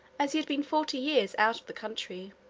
as he had been forty years out of the country.